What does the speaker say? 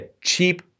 cheap